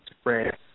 spread